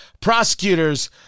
Prosecutors